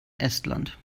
estland